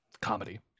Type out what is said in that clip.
comedy